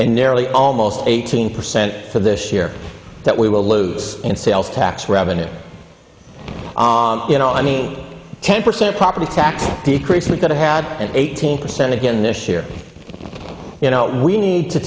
and nearly almost eighteen percent for this year that we will lose in sales tax revenue you know i mean ten percent property tax decrease we've got to had an eighteen percent again this year you know we need to